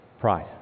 Pride